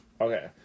Okay